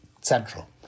central